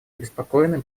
обеспокоены